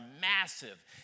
massive